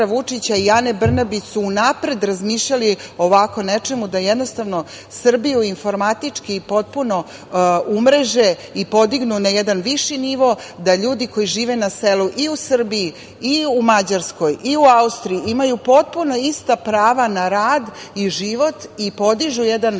Vučića i Ane Brnabić su unapred razmišljali o ovako nečemu da jednostavno Srbiju informatički i potpuno umreže i podignu na jedan viši nivo, da ljudi koji žive na selu i u Srbiji i u Mađarskoj i u Austriji imaju potpuno ista prava na rad i život i podižu jedan